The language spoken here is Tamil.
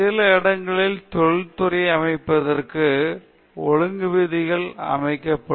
சில இடங்களில் தொழிற்துறையை அமைப்பதற்கான ஒழுங்குவிதிகள் அமைத்து இயக்கப்படும்